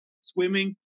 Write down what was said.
swimming